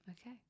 Okay